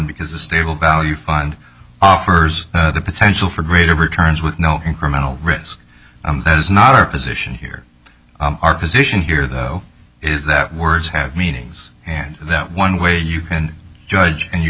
because a stable value fund offers the potential for greater returns with no incremental risk that is not our position here our position here though is that words have meanings and that one way you can judge and you